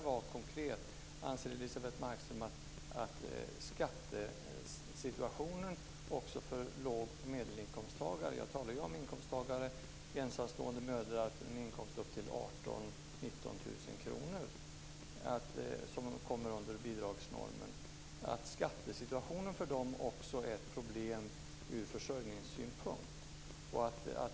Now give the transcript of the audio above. Min konkreta fråga var: Anser Elisebeht Markström att skattesituationen för de låg och medelinkomsttagare - jag talade ju om ensamstående mödrar med en inkomst upp till 18 000-19 000 kr - som hamnar under bidragsnormen är ett problem ur försörjningssynpunkt?